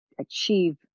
achieve